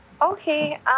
Okay